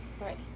Right